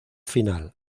final